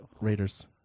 Raiders